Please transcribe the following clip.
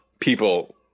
People